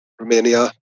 Romania